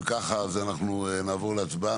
נעבור להצבעה.